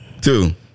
Two